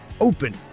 open